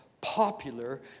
popular